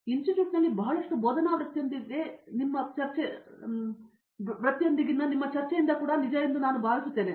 ಇನ್ಸ್ಟಿಟ್ಯೂಟ್ನಲ್ಲಿ ಬಹಳಷ್ಟು ಬೋಧನಾ ವೃತ್ತಿಯೊಂದಿಗಿನ ನಮ್ಮ ಚರ್ಚೆಯಿಂದ ಕೂಡಾ ನಿಜವೆಂದು ನಾನು ಭಾವಿಸುತ್ತೇನೆ